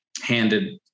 handed